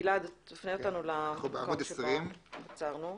גלעד, תפנה אותנו למקום שבו עצרנו.